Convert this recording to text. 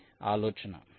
కాబట్టి ఇది ఆలోచన